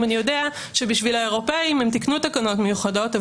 אם אני יודע שבשביל האירופאים הם תיקנו את תקנות מיוחדות,